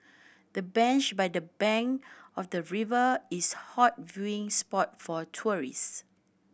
the bench by the bank of the river is hot viewing spot for tourist